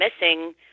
missing